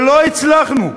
לא הצלחנו.